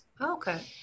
Okay